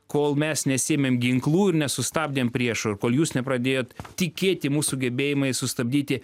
kol mes nesiėmėm ginklų ir nesustabdėm priešo kol jūs nepradėjot tikėti mūsų gebėjimais sustabdyti